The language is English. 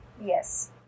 Yes